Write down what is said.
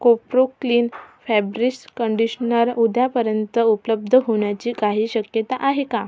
कोप्रो clean fabric conditioner उद्यापर्यंत उपलब्ध होण्याची काही शक्यता आहे का